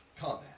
combat